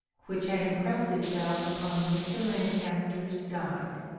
which had impressed itself upon mr. lancaster's guide.